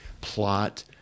plot